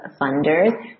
funders